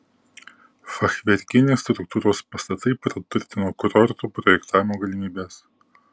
fachverkinės struktūros pastatai praturtino kurortų projektavimo galimybes